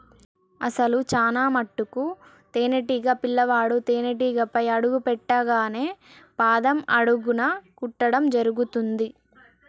అసలు చానా మటుకు తేనీటీగ పిల్లవాడు తేనేటీగపై అడుగు పెట్టింగానే పాదం అడుగున కుట్టడం జరుగుతుంది